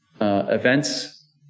events